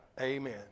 Amen